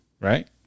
right